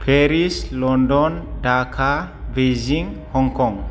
Paris London Dhaka Beijing Hong Kong